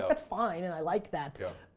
that's fine and i like that. yep.